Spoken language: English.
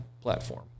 platform